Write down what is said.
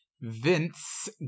Vince